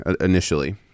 initially